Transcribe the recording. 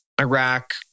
Iraq